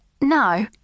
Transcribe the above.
No